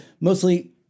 mostly